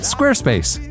Squarespace